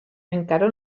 encara